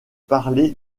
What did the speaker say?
parlé